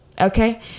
okay